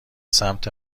سمت